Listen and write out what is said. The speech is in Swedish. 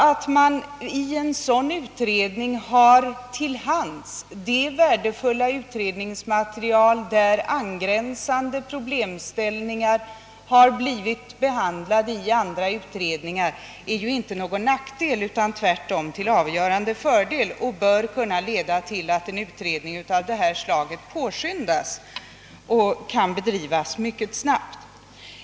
Att sådan utredning kommer att ha tillgång till det värdefulla material, som utredningar i angränsande frågor framlagt, är naturligtvis inte till någon nackdel utan tvärtom till avgörande fördel. Det kan leda till att en utredning av detta slag påskyndas och kan bedrivas mycket snabbt.